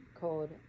called